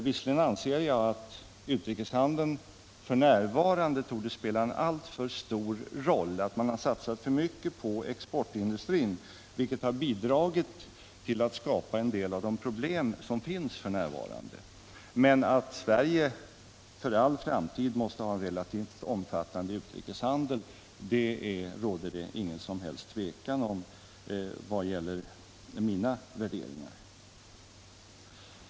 Visserligen anser jag att utrikeshandeln f. n. torde spela en alltför stor roll, att man har satsat för mycket på exportindustrin, vilket har bidragit till att skapa en del av de nuvarande problemen. Men att Sverige för all framtid måste ha en relativt omfattande utrikeshandel råder det ingen som helst tvekan om enligt mina värderingar.